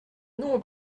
non